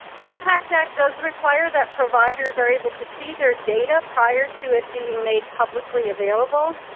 the impact act does require that providers are able to see their data prior to it being made publicly available.